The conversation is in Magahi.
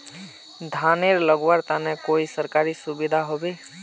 धानेर लगवार तने कोई सरकारी सुविधा होबे?